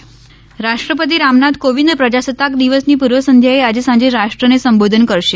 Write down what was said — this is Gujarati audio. રાષ્ટ્રપતિ સંબોધન રાષ્ટ્રપતિ રામનાથ કોવિંદ પ્રજાસત્તાક દિવસની પૂર્વ સંધ્યાએ આજે સાંજે રાષ્ટ્રને સંબોધન કરશે